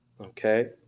Okay